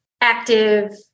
active